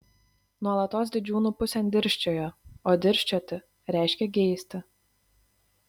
nuolatos didžiūnų pusėn dirsčiojo o dirsčioti reiškia geisti